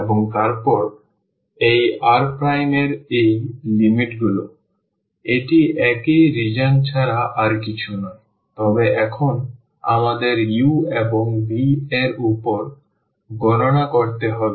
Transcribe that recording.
এবং তারপর এই R এর এই লিমিটগুলি এটি একই রিজিওন ছাড়া আর কিছুই নয় তবে এখন আমাদের u এবং v এর উপর গণনা করতে হবে